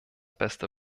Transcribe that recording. beste